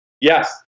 Yes